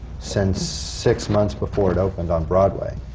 since six months before it opened on broadway,